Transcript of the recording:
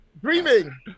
Dreaming